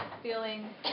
Feeling